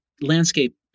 landscape